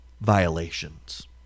violations